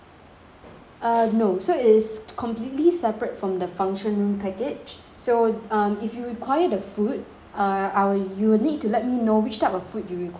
uh no so it is completely separate from the function room package so um if you require the food uh our you would need to let me know which type of food do you require